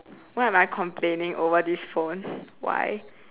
why am I complaining over this phone why